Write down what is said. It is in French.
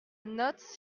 note